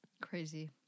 Crazy